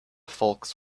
folks